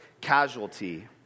casualty